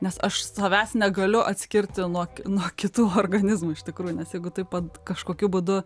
nes aš savęs negaliu atskirti nuo nuo kitų organizmų iš tikrųjų nes jeigu taip pat kažkokiu būdu